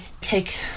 take